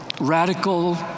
radical